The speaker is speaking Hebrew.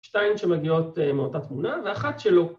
‫שתיים שמגיעות מאותה תמונה, ‫ואחת שלא...